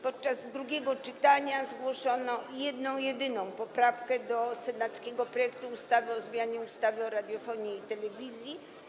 Podczas drugiego czytania zgłoszono jedną jedyną poprawkę do senackiego projektu ustawy o zmianie ustawy o radiofonii i telewizji.